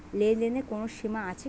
লেনদেনের কোনো সীমা আছে কি?